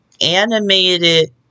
animated